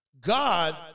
God